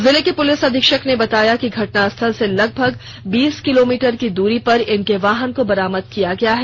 जिले के पुलिस अधीक्षक ने बताया कि घटनास्थल से लगभग बीस किलोमीटर की दूरी पर इनके वाहन को बरामद किया गया है